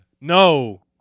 No